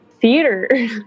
theater